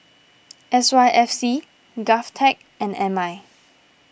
S Y F C Govtech and M I